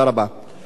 תודה רבה.